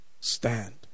stand